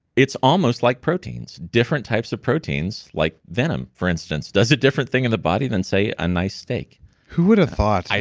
it's almost like proteins. different types of proteins, like venom, for instance, does a different thing in the body than, say, a nice steak who would've thought?